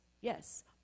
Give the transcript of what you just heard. yes